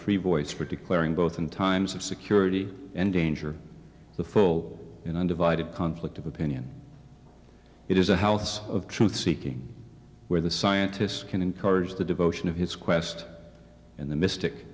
free voice for declaring both in times of security endanger the full in undivided conflict of opinion it is a house of truth seeking where the scientist can encourage the devotion of his quest in the mystic